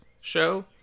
show